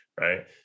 right